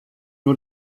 nur